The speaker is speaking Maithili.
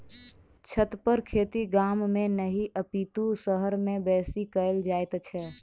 छतपर खेती गाम मे नहि अपितु शहर मे बेसी कयल जाइत छै